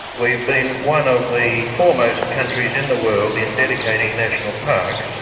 we have been one of the foremost countries in the world in dedicating national parks.